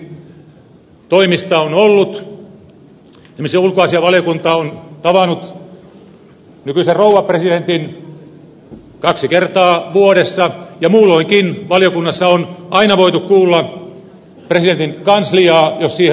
esimerkiksi ulkoasiainvaliokunta on tavannut nykyisen rouva presidentin kaksi kertaa vuodessa ja muulloinkin valiokunnassa on aina voitu kuulla presidentin kansliaa jos siihen on ollut halua